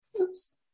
Oops